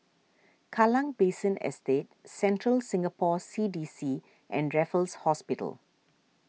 Kallang Basin Estate Central Singapore C D C and Raffles Hospital